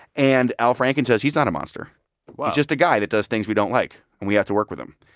and al franken says, he's not a monster wow he's just a guy that does things we don't like, and we have to work with him.